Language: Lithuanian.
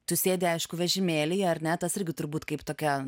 tu sėdi aišku vežimėlyje ar ne tas irgi turbūt kaip tokia